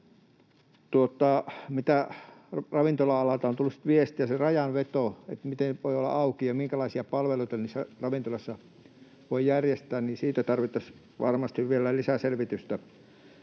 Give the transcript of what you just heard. Mitä ravintola-alalta on tullut sitten viestiä, niin siitä rajanvedosta, miten voi olla auki ja minkälaisia palveluita niissä ravintoloissa voi järjestää, tarvittaisiin varmasti vielä lisäselvitystä,